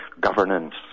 governance